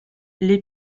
les